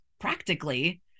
practically